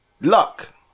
luck